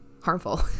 harmful